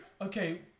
Okay